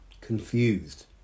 Confused